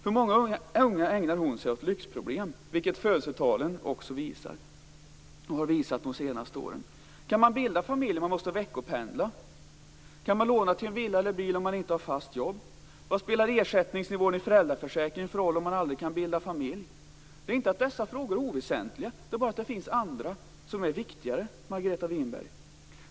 Många unga uppfattar att hon ägnar sig åt lyxproblem, vilket födelsetalen också visar - och har de senaste åren visat. Kan man bilda familj när man måste veckopendla? Kan man låna till en villa eller en bil om man inte har fast jobb? Vad spelar ersättningsnivån i föräldraförsäkringen för roll om man aldrig kan bilda familj? Det är inte så att dessa frågor är oväsentliga, utan det är bara så att det finns andra som är viktigare, Margareta Winberg!